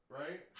right